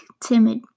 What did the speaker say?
timid